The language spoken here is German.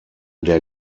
der